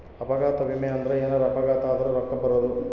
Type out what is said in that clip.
ಅಪಘಾತ ವಿಮೆ ಅಂದ್ರ ಎನಾರ ಅಪಘಾತ ಆದರ ರೂಕ್ಕ ಬರೋದು